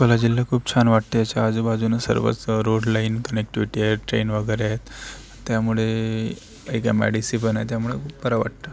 अकोला जिल्हा खूप छान वाटतं आहे याच्या आजूबाजूनं सर्वच रोड लाईन कनेक्टिव्हिटी आहे ट्रेन वगैरे आहेत त्यामुळे एक एम आय डी सी पण आहे त्यामुळे बरं वाटतं